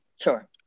Sure